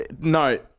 no